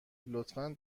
لطفا